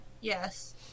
Yes